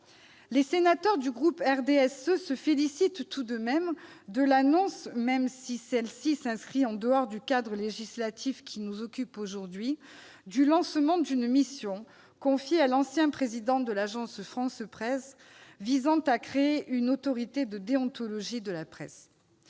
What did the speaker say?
Les sénateurs du groupe du RDSE se félicitent tout de même de l'annonce- même si elle ne s'inscrit pas dans le cadre législatif dont nous débattons cet après-midi -du lancement d'une mission confiée à l'ancien président de l'Agence France Presse et visant à créer une autorité de déontologie de la presse.